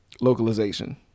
localization